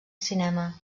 cinema